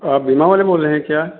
आप बीमा वाले बोल रहे हैं क्या